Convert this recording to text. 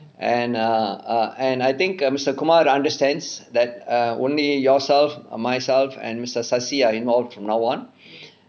and err err and I think err mister kumar understands that err only yourself myself and mister sasi are involved from now on